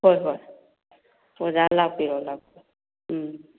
ꯍꯣꯏ ꯍꯣꯏ ꯑꯣꯖꯥ ꯂꯥꯛꯄꯤꯔꯣ ꯂꯥꯛꯄꯤꯔꯣ ꯎꯝ